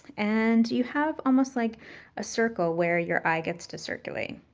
and you have almost like a circle where your eye gets to circulate.